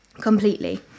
Completely